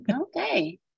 Okay